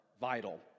vital